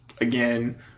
again